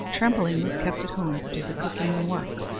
trembling was kept at home to do the cooking and work.